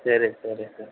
సరే సరే సార్